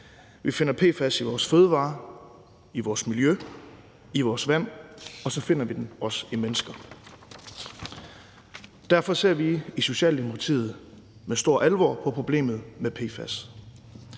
Vi finder PFAS i vores fødevarer, i vores miljø og i vores vand, og så finder vi dem også i mennesker. Derfor ser vi i Socialdemokratiet med stor alvor på problemet med PFAS.